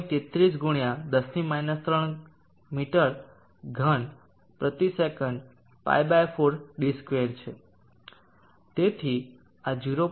33 ગુણ્યા10 3 મીટર ઘન પ્રતિ સેકંડ π 4d2 છે તેથી આ 0